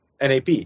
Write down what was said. NAP